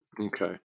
Okay